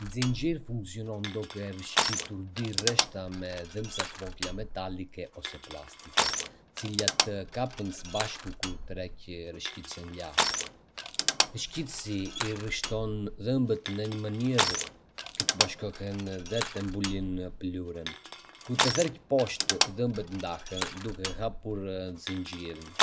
Një zinxhir funksionon duke rrëshqitur dy rreshta me dhëmbëza të vogla metalike ose plastike, të cilat kapen së bashku kur tërheq rrëshqitësin lart. Rrëshqitësi i rreshton dhëmbët në mënyrë që të bashkohen dhe të mbyllin pëlhurën. Kur e tërheq poshtë, dhëmbët ndahen, duke hapur zinxhirin.